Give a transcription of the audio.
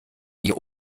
ihr